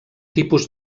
tipus